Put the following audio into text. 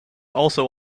also